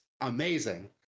amazing